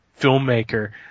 filmmaker